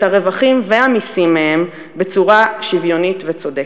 הרווחים והמסים מהם בצורה שוויונית וצודקת.